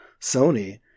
Sony